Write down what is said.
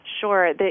Sure